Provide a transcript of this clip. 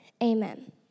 Amen